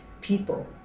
people